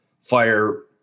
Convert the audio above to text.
fire